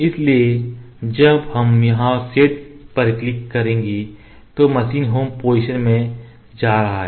इसलिए जब हम यहां सेट पर क्लिक करते हैं तो मशीन होम पोजीशन में जा रही है